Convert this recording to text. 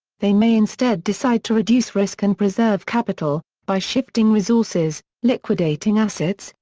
they may instead decide to reduce risk and preserve capital, by shifting resources, liquidating assets,